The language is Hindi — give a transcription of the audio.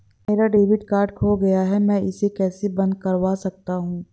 मेरा डेबिट कार्ड खो गया है मैं इसे कैसे बंद करवा सकता हूँ?